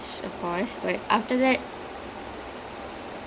but prabu deva is like a great actor though is he